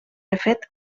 refet